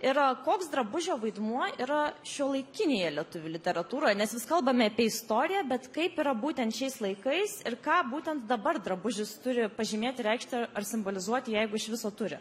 ir koks drabužio vaidmuo yra šiuolaikinėje lietuvių literatūroje nes vis kalbame apie istoriją bet kaip yra būtent šiais laikais ir ką būtent dabar drabužis turi pažymėti reikšti ar simbolizuoti jeigu iš viso turi